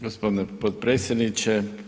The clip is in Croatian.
Gospodine potpredsjedniče.